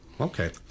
Okay